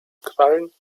krallen